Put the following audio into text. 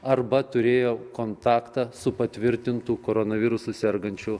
arba turėjo kontaktą su patvirtintu koronavirusu sergančiu